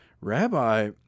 Rabbi